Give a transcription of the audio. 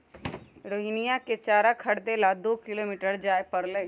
रोहिणीया के चारा खरीदे ला दो किलोमीटर जाय पड़लय